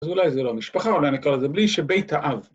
‫אז אולי זה לא משפחה, ‫אולי אני קורא לזה בלי שבית האב.